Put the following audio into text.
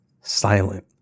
silent